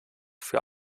für